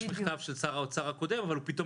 יש מכתב של שר האוצר הקודם אבל הוא פתאום